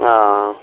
ہاں